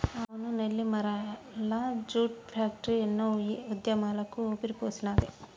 అవును Nellimarla jute factory ఎన్నో ఉద్యమాలకు ఊపిరిపోసినాది